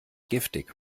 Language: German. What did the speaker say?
giftig